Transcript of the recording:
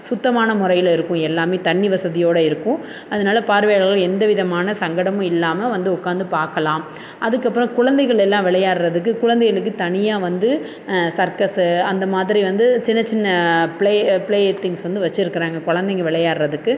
சுத்தமான முறையில் இருக்கும் எல்லாமே தண்ணி வசதியோடு இருக்கும் அதனால் பார்வையாளர்கள் எந்த விதமான சங்கடமும் இல்லாமல் வந்து உட்காந்து பார்க்கலாம் அதுக்கப்புறம் குழந்தைகளெல்லாம் விளையாட்றதுக்கு குழந்தைகளுக்கு தனியாக வந்து சர்க்கஸு அந்த மாதிரி வந்து சின்னச் சின்ன ப்ளே ப்ளே திங்ஸ் வந்து வச்சிருக்கறாங்க குழந்தைங்க விளையாட்றதுக்கு